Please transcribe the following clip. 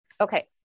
Okay